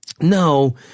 No